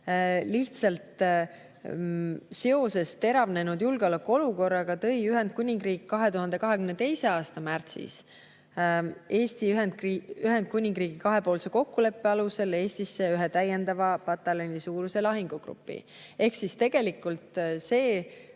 Lihtsalt seoses teravnenud julgeolekuolukorraga tõi Ühendkuningriik 2022. aasta märtsis Eesti ja Ühendkuningriigi kahepoolse kokkuleppe alusel Eestisse ühe täiendava pataljonisuuruse lahingugrupi[, mis nüüd lahkub].